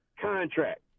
contract